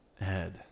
Ed